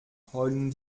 heulen